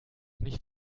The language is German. nicht